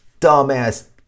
dumbass